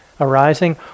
arising